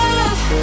love